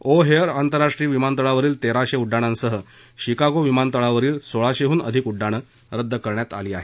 ओ hair आंतरराष्ट्रीय विमानतळावरील तेराशे उड्डाणांसह शिकागो विमानतळावरील सोळाशेहून अधिक उड्डाणे रद्द करण्यात आली आहेत